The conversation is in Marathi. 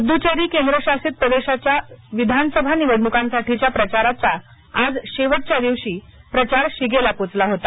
पड्डचेरी केंद्र शासित प्रदेशाच्या विधानसभा निवडणुकांसाठीच्या प्रचाराच्या आज शेवटच्या दिवशी प्रचार शिगेला पोचला होता